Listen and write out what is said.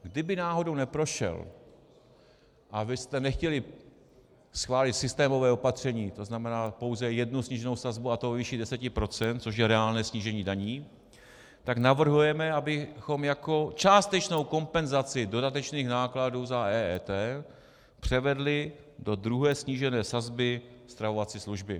Kdyby náhodou neprošel a vy byste nechtěli schválit systémové opatření, tzn. pouze jednu sníženou sazbu, a to ve výši 10 %, což je reálné snížení daní, tak navrhujeme, abychom jako částečnou kompenzaci dodatečných nákladů za EET převedli do druhé snížené sazby stravovací služby.